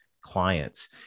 clients